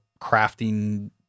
crafting